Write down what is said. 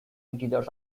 integers